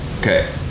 Okay